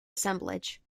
assemblage